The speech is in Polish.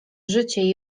życie